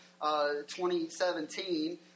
2017